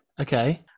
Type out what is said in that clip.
Okay